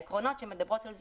העקרונות שמדברים,